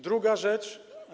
Druga rzecz.